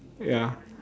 ya